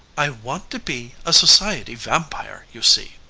i want to be a society vampire, you see,